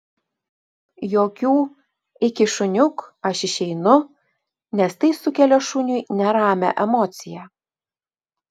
jokių iki šuniuk aš išeinu nes tai sukelia šuniui neramią emociją